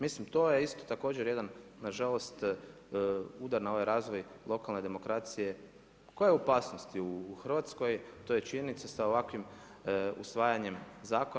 Mislim to je isto također, nažalost, udar na ovaj razvoj lokalne demokracije koja je u opasnosti u Hrvatskoj, to je činjenica sa ovakvim usvajanjem zakona.